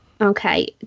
Okay